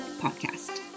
podcast